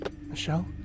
Michelle